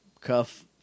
cuff